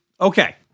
okay